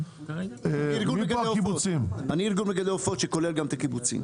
נציג ארגון מגדלי העופות שכולל גם את הקיבוצים.